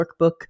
workbook